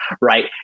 right